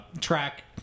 track